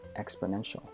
exponential